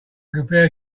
compare